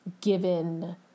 given